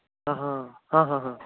हां हां हां